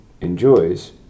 enjoys